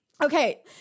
Okay